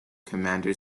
commander